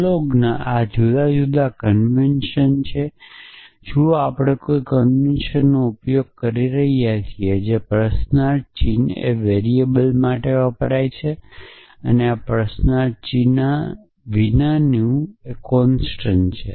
પ્રોલોગના આ જુદા જુદા કોન્વેનશન છે જુઓ આપણે કોઈ કોન્વેનશનનો ઉપયોગ કરી રહ્યા છીએ જે પ્રશ્નાર્થ ચિહ્ન એ વેરીએબલ માટે વપરાય છે અને પ્રશ્નાર્થ ચિહ્ન વિનાનું કોંસ્ટંટ છે